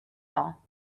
ball